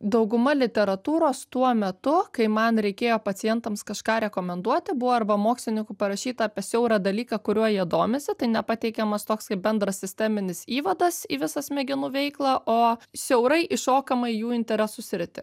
dauguma literatūros tuo metu kai man reikėjo pacientams kažką rekomenduot tai buvo arba mokslininkų parašyta apie siaurą dalyką kuriuo jie domisi tai nepateikiamas toks kaip bendras sisteminis įvadas į visą smegenų veiklą o siaurai įšokama į jų interesų sritį